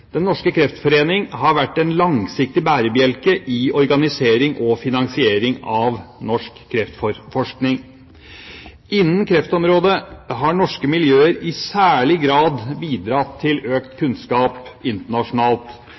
Den norske kreftforening har vært en langsiktig bærebjelke i organisering og finansiering av norsk kreftforskning. Innen kreftområdet har norske miljøer i særlig grad bidratt til økt kunnskap internasjonalt.